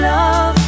Love